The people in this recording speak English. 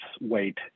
wait